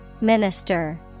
Minister